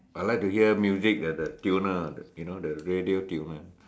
I like to hear music the the tuner ah the you know the radio tuner